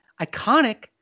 iconic